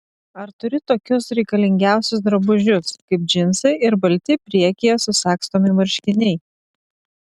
ar turi tokius reikalingiausius drabužius kaip džinsai ir balti priekyje susagstomi marškiniai